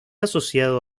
asociado